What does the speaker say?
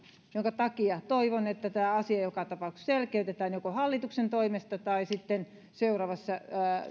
minkä takia toivon että tämä asia joka tapauksessa selkeytetään joko hallituksen toimesta tai sitten seuraavassa